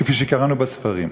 כפי שקראנו בספרים.